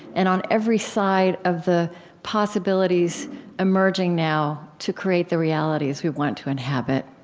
and on every side of the possibilities emerging now to create the realities we want to inhabit